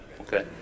Okay